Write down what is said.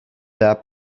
that